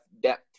depth